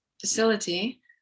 facility